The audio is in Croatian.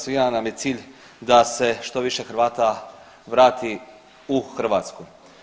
Svima nam je cilj da se što više Hrvata vrati u Hrvatsku.